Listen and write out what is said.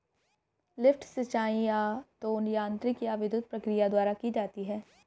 lift सिंचाई या तो यांत्रिक या विद्युत प्रक्रिया द्वारा की जाती है